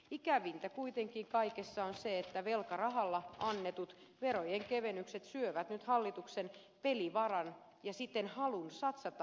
ikävintä kuitenkin kaikessa on se että velkarahalla annetut verojen kevennykset syövät nyt hallituksen pelivaran ja siten halun satsata työllisyyden hoitoon